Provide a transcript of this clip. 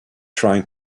trying